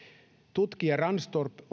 tutkija ranstorp